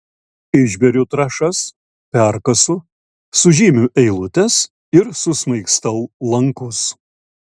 išberiu trąšas perkasu sužymiu eilutes ir susmaigstau lankus